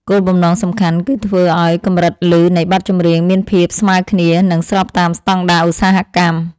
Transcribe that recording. គោលបំណងសំខាន់គឺធ្វើឱ្យកម្រិតឮនៃបទចម្រៀងមានភាពស្មើគ្នា និង ស្របតាមស្ដង់ដារឧស្សាហកម្ម។